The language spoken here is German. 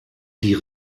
die